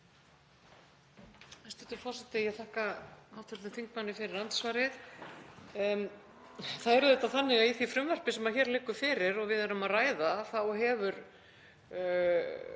Það er auðvitað þannig að í því frumvarpi sem hér liggur fyrir og við erum að ræða þá hefur